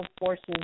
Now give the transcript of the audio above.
forces